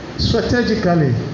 Strategically